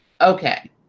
Okay